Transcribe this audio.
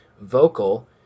vocal